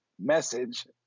message